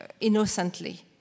innocently